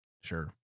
Sure